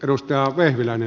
arvoisa puhemies